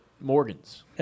Morgan's